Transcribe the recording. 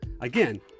Again